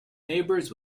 neighbours